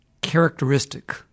characteristic